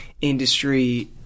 industry